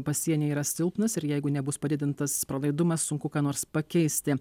pasieny yra silpnas ir jeigu nebus padidintas pralaidumas sunku ką nors pakeisti